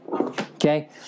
Okay